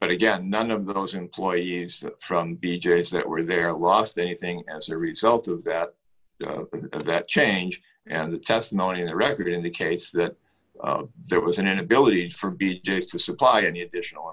but again none of those employees from d j s that were there lost anything as a result of that that changed and the testimony of the record indicates that there was an inability for b j to supply any additional